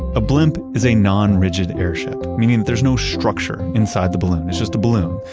a blimp is a non-rigid airship, meaning there's no structure inside the balloon. it's just a balloon.